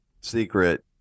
secret